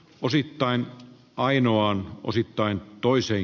osittain painua osittain toiseen